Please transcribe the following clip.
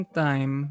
time